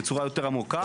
בצורה יותר עמוקה.